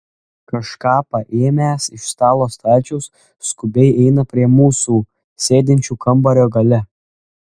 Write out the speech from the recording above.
kažką paėmęs iš stalo stalčiaus skubiai eina prie mūsų sėdinčių kambario gale